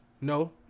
No